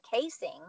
casing